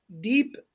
deep